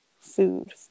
food